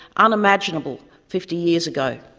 unimaginable fifty years ago.